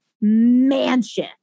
mansion